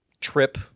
trip